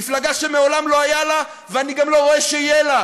מפלגה שמעולם לא היה לה ואני גם לא רואה שיהיה לה